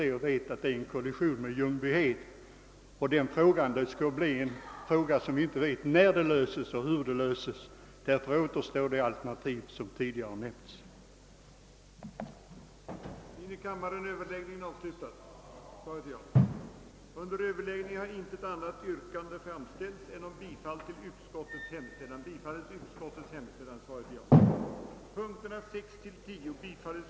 När man nu talar om eslövsalternativet, vill jag nämna, att vi har också undersökt det alternativet och funnit att det då blir en kollision med Ljungbyhed. Den frågan vet man inte när den kan lösas och hur den skall kunna lösas.